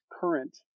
current